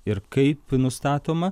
ir kaip nustatoma